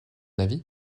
avis